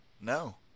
No